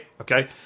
okay